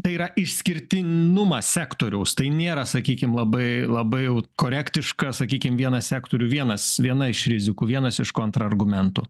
tai yra išskirtinumą sektoriaus tai nėra sakykim labai labai jau korektiška sakykim vieną sektorių vienas viena iš rizikų vienas iš kontrargumentų